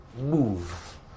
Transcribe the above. move